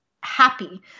happy